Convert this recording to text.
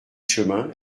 chemin